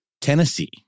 Tennessee